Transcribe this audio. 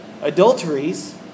adulteries